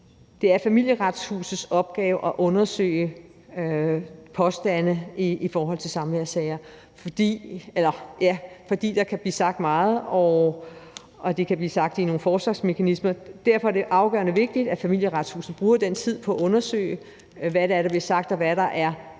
Det er Familieretshusets opgave at undersøge påstande i forhold til samværssager, fordi der kan blive sagt meget, og det kan blive sagt i nogle forsvarsmekanismer. Derfor er det afgørende vigtigt, at Familieretshuset bruger den tid på at undersøge, hvad det er, der bliver sagt, og hvad for en